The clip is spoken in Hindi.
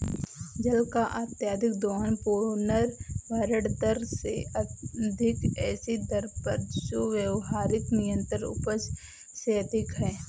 जल का अत्यधिक दोहन पुनर्भरण दर से अधिक ऐसी दर पर जो व्यावहारिक निरंतर उपज से अधिक है